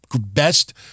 best